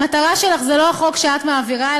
המטרה שלך היא לא החוק שאת מעבירה,